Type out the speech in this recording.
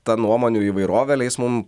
ta nuomonių įvairovė leis mum